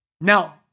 Now